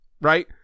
right